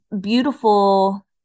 beautiful